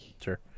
sure